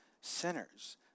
sinners